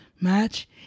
match